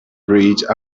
bridge